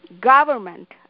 government